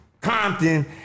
Compton